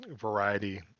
variety